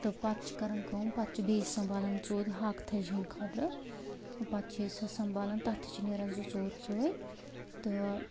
تہٕ پتہٕ چھِ کران کٲم پتہٕ چھِ بیٚیہِ سنٛبھالان ژُولۍ ہاکہٕ تھجہِ ہنٛدِ خٲطرٕ پتہٕ چھِ أسۍ سۄ سنٛبھالان تتھ چھ نیران زٕ ژور ژُولۍ تہٕ